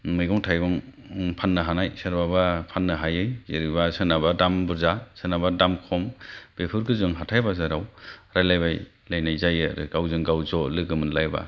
मैगं थाइगं फान्नो हानाय सोरबाबा फान्नो हायै जेनेबा सोरनाबा दाम बुर्जा सोरनाबा दाम कम बेफोरखौ जों हाथाय बाजाराव रायलायबायलायना जायो आरो गावजों गाउ ज' लोगो मोनलायबा